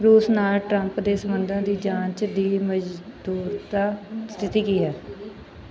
ਰੂਸ ਨਾਲ ਟਰੰਪ ਦੇ ਸਬੰਧਾਂ ਦੀ ਜਾਂਚ ਦੀ ਮੌਜੂਦਾ ਸਥਿਤੀ ਕੀ ਹੈ